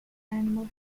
animal